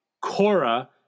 Cora